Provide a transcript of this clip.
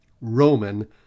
Roman